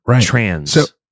trans